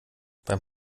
beim